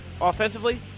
offensively